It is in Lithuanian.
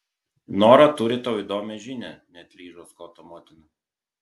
nora turi tau įdomią žinią neatlyžo skoto motina